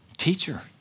teacher